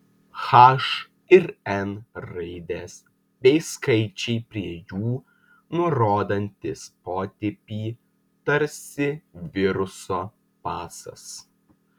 h ir n raidės bei skaičiai prie jų nurodantys potipį tarsi viruso pasas